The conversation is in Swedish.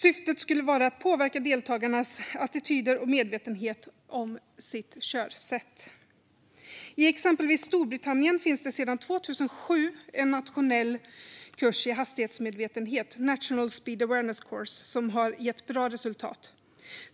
Syftet skulle vara att påverka deltagarnas attityder och medvetenhet om sitt körsätt. I exempelvis Storbritannien finns det sedan 2007 en nationell kurs i hastighetsmedvetenhet, National Speed Awareness Course, som har gett bra resultat.